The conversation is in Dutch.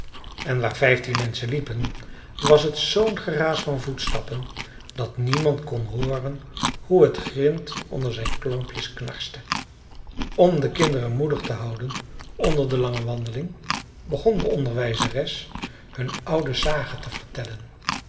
en waar vijftien menschen liepen was t zoo'n geraas van voetstappen dat niemand kon hooren hoe t grint onder zijn klompjes knarste om de kinderen moedig te houden onder de lange wandeling begon de onderwijzeres hun oude sagen te vertellen